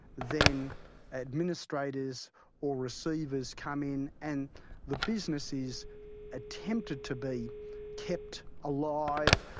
then administrators or receivers come in and the business is attempted to be kept alive,